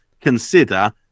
consider